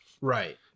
Right